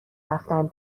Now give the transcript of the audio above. رفتن